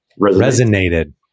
resonated